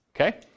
okay